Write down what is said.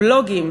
בלוגים,